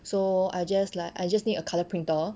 so I just like I just need a colour printer